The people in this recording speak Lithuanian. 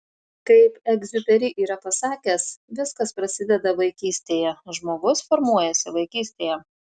kaip egziuperi yra pasakęs viskas prasideda vaikystėje žmogus formuojasi vaikystėje